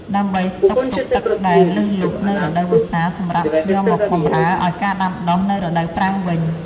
ដើម្បីស្តុកទុកទឹកដែលលើសលប់នៅរដូវវស្សាសម្រាប់យកមកបម្រើឱ្យការដាំដុះនៅរដូវប្រាំងវិញ។